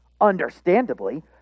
understandably